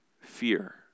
fear